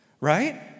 right